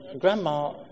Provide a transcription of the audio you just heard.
grandma